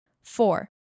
Four